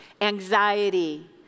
anxiety